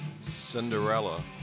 Cinderella